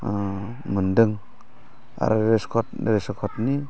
मोन्दों आरो रेसन कार्दनि